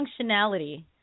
functionality